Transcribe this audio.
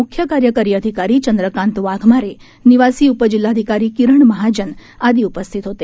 म्ख्य कार्यकारी अधिकारी चंद्रकांत वाघमारे निवासी उपजिल्हधिकारी किरण महाजन आदी उपस्थित होते